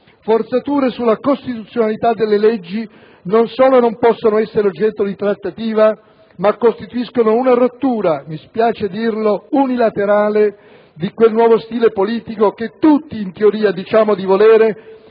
Forzature sulla costituzionalità delle leggi non solo non possono essere oggetto di trattativa, ma costituiscono una rottura, mi spiace dirlo, unilaterale di quel nuovo stile politico che tutti in teoria diciamo di volere,